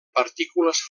partícules